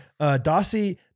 Dossie